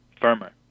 firmer